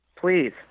Please